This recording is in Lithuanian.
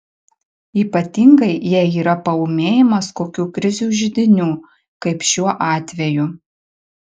ypatingai jei yra paūmėjimas kokių krizių židinių kaip šiuo atveju